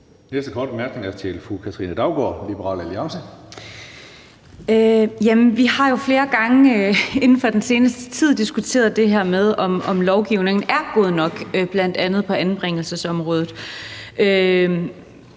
næste korte bemærkning er til fru Katrine Daugaard, Liberal Alliance. Kl. 15:35 Katrine Daugaard (LA): Vi har jo flere gange inden for den seneste tid diskuteret det her med, om lovgivningen er god nok, bl.a. på anbringelsesområdet.